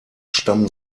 stammen